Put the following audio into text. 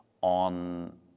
on